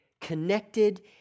connected